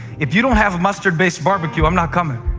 if you don't have a mustard-base barbecue, i'm not coming.